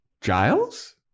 Giles